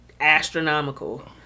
Astronomical